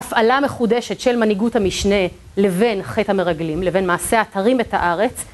הפעלה מחודשת של מנהיגות המשנה לבין חטא המרגלים, לבין מעשה התרים את הארץ